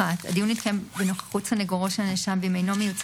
שכולנו מתעלים בימים אלו מעל